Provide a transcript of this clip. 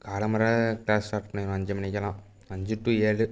காலம்பற class start பண்ணிடுவேன் அஞ்சு மணிக்கெல்லாம் அஞ்சு டூ ஏழு